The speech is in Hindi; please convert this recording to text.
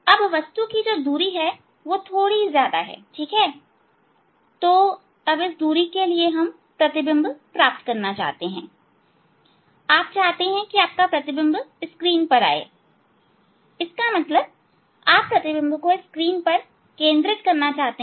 अब वस्तु दूरी थोड़ी ज्यादा है ठीक है तो अब आप प्रतिबिंब प्राप्त करना चाहते हैं आप प्रतिबिंब स्क्रीन पर प्राप्त करना चाहते हैं इसका मतलब आप प्रतिबिंब को स्क्रीन पर केंद्रित करना चाहते हैं